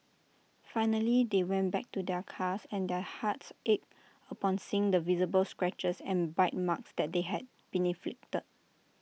finally they went back to their cars and their hearts ached upon seeing the visible scratches and bite marks that they had been inflicted